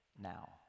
now